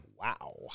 Wow